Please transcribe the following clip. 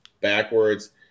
backwards